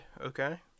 okay